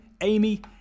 Amy